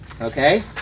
okay